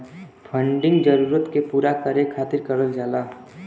funding जरूरत के पूरा करे खातिर करल जाला